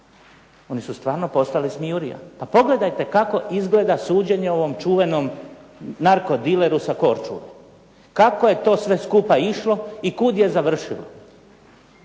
oni su stvarno postali smijurija. Pa pogledajte kako izgleda suđenje ovom čuvenom narkodileru sa Korčule. Kako je to sve skupa išlo i kud je završilo.